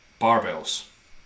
barbells